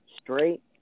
straight